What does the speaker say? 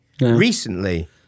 recently